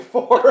Four